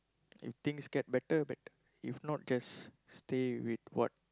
if things get better better if not just stay with it what